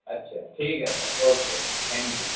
اچھا ٹھیک ہے سر اوکے تھینک یو